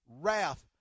wrath